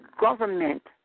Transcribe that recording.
government